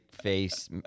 face